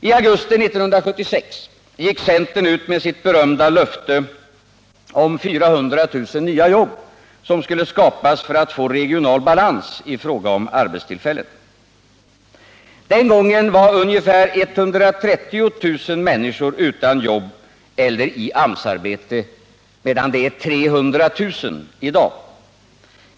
I augusti 1976 gick centern ut med sitt berömda löfte om 400 000 nya jobb, som skulle skapas för att få regional balans i fråga om arbetstillfällen. Den gången var ca 130 000 människor utan jobb eller i AMS-arbete mot 300 000 i dag.